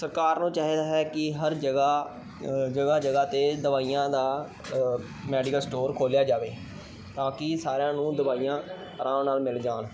ਸਰਕਾਰ ਨੂੰ ਚਾਹੀਦਾ ਹੈ ਕਿ ਹਰ ਜਗ੍ਹਾ ਜਗ੍ਹਾ ਜਗ੍ਹਾ 'ਤੇ ਦਵਾਈਆਂ ਦਾ ਮੈਡੀਕਲ ਸਟੋਰ ਖੋਲ੍ਹਿਆ ਜਾਵੇ ਤਾਂ ਕਿ ਸਾਰਿਆਂ ਨੂੰ ਦਵਾਈਆਂ ਆਰਾਮ ਨਾਲ ਮਿਲ ਜਾਣ